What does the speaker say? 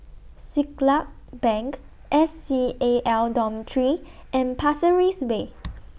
Siglap Bank S C A L Dormitory and Pasir Ris Way